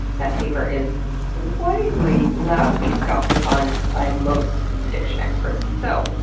that paper is widely loudly scoffed upon by most addiction experts. so,